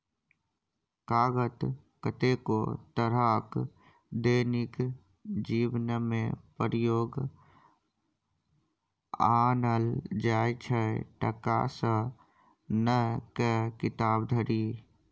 कागत कतेको तरहक दैनिक जीबनमे प्रयोग आनल जाइ छै टका सँ लए कए किताब धरि